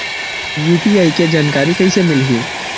UPI के जानकारी कइसे मिलही?